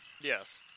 Yes